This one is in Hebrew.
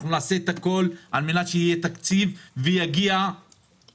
אנחנו נעשה את הכול על מנת שיהיה תקציב ויגיע לביצוע.